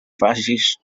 faces